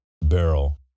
barrel